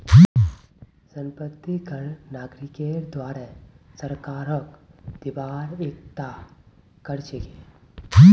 संपत्ति कर नागरिकेर द्वारे सरकारक दिबार एकता कर छिके